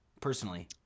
personally